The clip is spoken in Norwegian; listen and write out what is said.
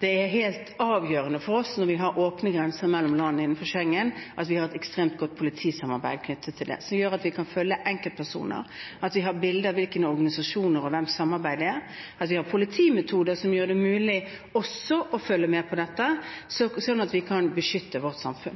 det er helt avgjørende for oss, når vi har åpne grenser mellom landene innenfor Schengen, at vi har et ekstremt godt politisamarbeid knyttet til det, som gjør at vi kan følge enkeltpersoner, at vi har bilde av hvilke organisasjoner og hvem man samarbeider med, at vi har politimetoder som gjør det mulig også å følge med på dette, sånn